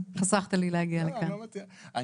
צו התכנית לסיוע כלכלי (נגיף הקורונה החדש) (הוראת שעה)